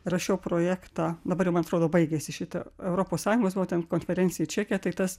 rašiau projektą dabar jau man atrodo baigėsi šita europos sąjungos buvo ten konferencija į čekiją tai tas